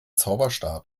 zauberstab